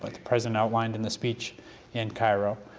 like the president outlined in the speech in cairo,